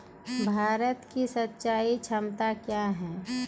भारत की सिंचाई क्षमता क्या हैं?